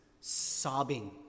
sobbing